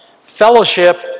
Fellowship